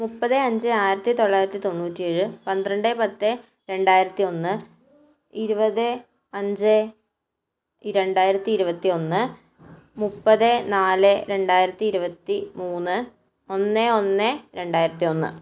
മുപ്പത് അഞ്ച് ആയിരത്തി തൊള്ളായിരത്തി തൊണ്ണൂറ്റി ഏഴ് പന്ത്രണ്ട് പത്ത് രണ്ടായിരത്തി ഒന്ന് ഇരുപത് അഞ്ച് രണ്ടായിരത്തി ഇരുപത്തി ഒന്ന് മുപ്പത് നാല് രണ്ടായിരത്തി ഇരുപത്തി മൂന്ന് ഒന്ന് ഒന്ന് രണ്ടായിരത്തി ഒന്ന്